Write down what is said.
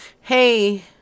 Hey